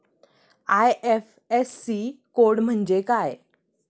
IFSC code म्हणजे काय?